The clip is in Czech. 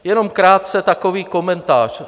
Jenom krátce takový komentář.